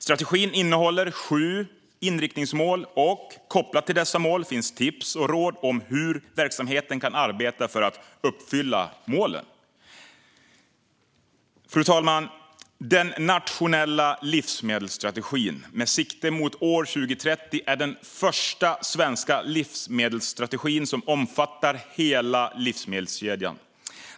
Strategin innehåller sju inriktningsmål, och kopplat till dessa mål finns tips och råd om hur verksamheten kan arbeta för att uppfylla målen. Fru talman! Den nationella livsmedelsstrategin med sikte mot år 2030 är den första svenska livsmedelsstrategin som omfattar hela livsmedelskedjan.